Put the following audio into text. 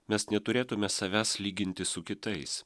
mes neturėtume savęs lyginti su kitais